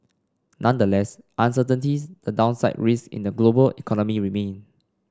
nonetheless uncertainties and downside risks in the global economy remain